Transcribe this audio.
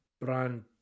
brand